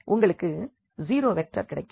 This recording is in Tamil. உங்களுக்கு ஜீரோ வெக்டர் கிடைக்கும்